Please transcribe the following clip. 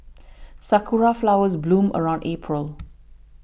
sakura flowers bloom around April